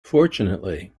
fortunately